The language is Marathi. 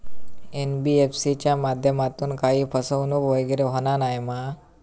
एन.बी.एफ.सी च्या माध्यमातून काही फसवणूक वगैरे होना नाय मा?